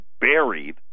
buried